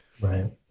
Right